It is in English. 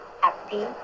happy